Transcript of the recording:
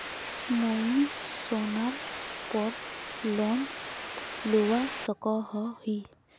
मुई सोनार पोर लोन लुबा सकोहो ही?